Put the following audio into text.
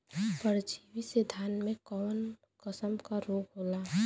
परजीवी से धान में कऊन कसम के रोग होला?